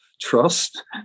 trust